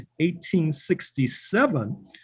1867